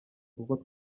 kuko